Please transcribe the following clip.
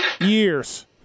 years